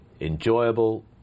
enjoyable